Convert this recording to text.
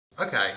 Okay